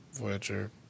Voyager